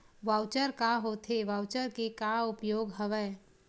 Voucher का होथे voucher के का उपयोग हवय?